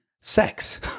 sex